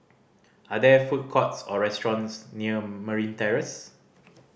are there food courts or restaurants near Marine Terrace